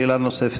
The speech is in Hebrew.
שאלה נוספת.